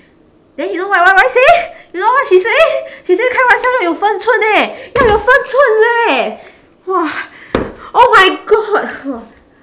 then you know what Y_Y say you know what she say she say 开玩笑要有分寸 eh 要有分寸 leh !wah! oh my god